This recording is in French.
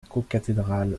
cocathédrale